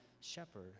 shepherd